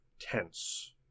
tense